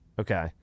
Okay